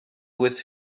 with